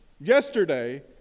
yesterday